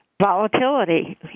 volatility